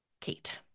Kate